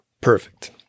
Perfect